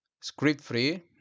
script-free